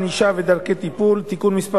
ענישה ודרכי טיפול) (תיקון מס'